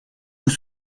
vous